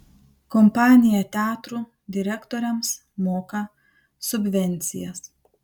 kompanija teatrų direktoriams moka subvencijas